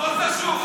הכול קשור.